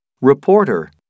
Reporter